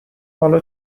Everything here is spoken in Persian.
حالا